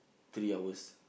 three hours